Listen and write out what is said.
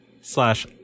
slash